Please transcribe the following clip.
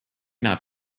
not